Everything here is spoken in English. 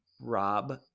rob